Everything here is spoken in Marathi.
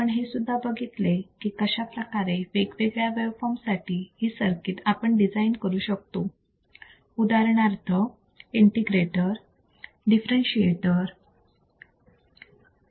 आपण हे ही बघितले की कशाप्रकारे वेगवेगळ्या वेवफॉर्म साठी ही सर्किट आपण डिझाईन करू शकतो उदाहरणार्थ इंटिग्रेटर आणि डिफरंटशीएटर